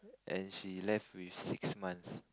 and she left with six months